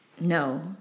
no